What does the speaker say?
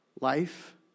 life